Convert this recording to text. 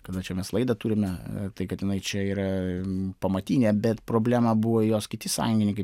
kada čia mes laidą turime tai kad jinai čia yra pamatinė bet problema buvo jos kiti sąjungininkai